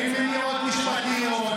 אין מניעות משפטיות,